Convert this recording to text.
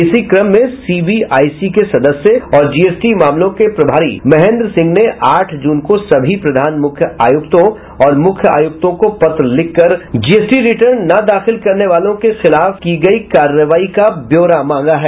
इसी क्रम में सीबीआईसी के सदस्य और जीएसटी मामलों के प्रभारी महेन्द्र सिंह ने आठ जून के सभी प्रधान मुख्य आयुक्तों और मुख्य आयुक्तों को पत्र लिखकर जीएसटी रिटर्न न दाखिल करने वालों के खिलाफ की गयी कार्रवाई का ब्योरा मांगा है